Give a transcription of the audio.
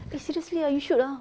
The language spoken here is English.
eh seriously ah you should ah